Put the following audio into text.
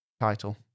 title